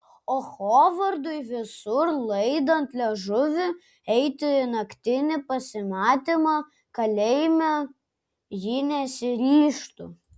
o hovardui visur laidant liežuvį eiti į naktinį pasimatymą kalėjime ji nesiryžtų